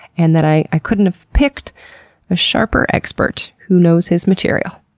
and that i i couldn't have picked a sharper expert who nose his material.